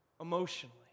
emotionally